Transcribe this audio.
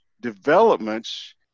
developments